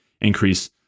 increase